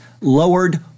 lowered